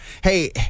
hey